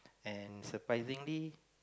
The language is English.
and surprisingly